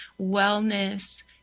wellness